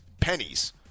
pennies